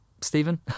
Stephen